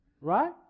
Right